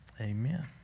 Amen